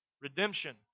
redemption